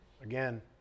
Again